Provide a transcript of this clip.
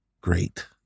great